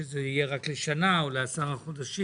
שזה יהיה רק לשנה או לעשרה חודשים.